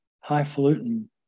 highfalutin